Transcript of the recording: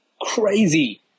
crazy